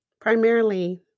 primarily